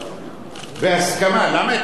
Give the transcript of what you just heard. למה את החרדים אתה לא רוצה בהסכמה?